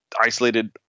isolated